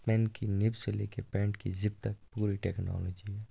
PAN کی nib سے لے کے پینٛٹ کی زِپ تک پوٗری ٹیکنالجی ہے